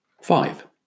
Five